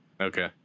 Okay